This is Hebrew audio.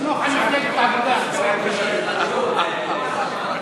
בתקופה שלך לא קיבלה כסף בגללך, לא בגללו, בגללך.